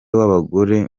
w’abagore